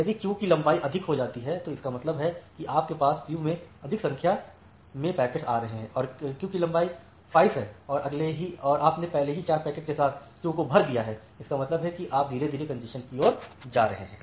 यदि क्यू की लंबाई अधिक हो जाती है तो इसका मतलब है कि आपके पास क्यू में अधिक संख्या में पैकेट्स हैं और एक क्यू की लंबाई 5 है और आपने पहले ही 4 पैकेटों के साथ क्यू को भर दिया है इसका मतलब है कि आप धीरे धीरे कॅन्जेशन की ओर जा रहे हैं